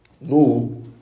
No